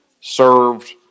served